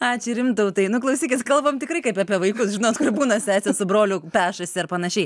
ačiū rimtautai nu klausykit kalbam tikrai kaip apie vaikus žinot kur būna sesė su broliu pešasi ar panašiai